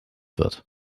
wird